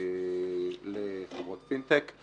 לחברות פינטק,